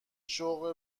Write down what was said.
شغل